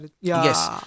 Yes